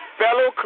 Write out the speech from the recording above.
fellow